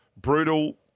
brutal